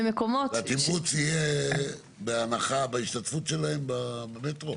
והתמרוץ יהיה בהנחה בהשתתפות שלהם במטרו?